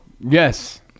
Yes